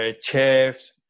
chefs